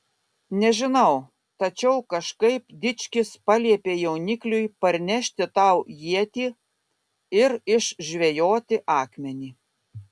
nežinau tačiau kažkaip dičkis paliepė jaunikliui parnešti tau ietį ir išžvejoti akmenį